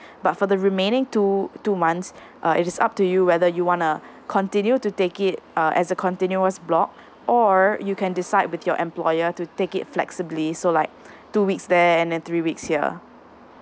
but for the remaining two two months uh it is up to you whether you wanna continue to take it uh as a continuous block or you can decide with your employer to take it flexibly so like two weeks there and then three weeks here